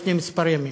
לפני מספר ימים.